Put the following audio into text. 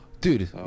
Dude